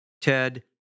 Ted